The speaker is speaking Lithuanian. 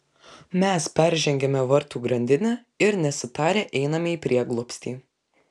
mes peržengiame vartų grandinę ir nesitarę einame į prieglobstį